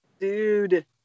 dude